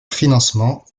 financement